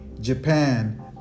Japan